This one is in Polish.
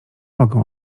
mogę